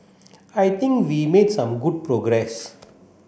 I think we made some good progress